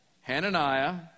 Hananiah